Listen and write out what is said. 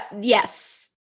yes